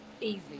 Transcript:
Easy